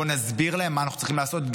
בואו נסביר להם מה אנחנו צריכים לעשות,